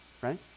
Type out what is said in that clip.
right